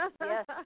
Yes